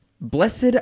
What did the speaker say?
Blessed